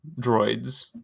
droids